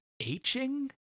aching